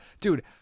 dude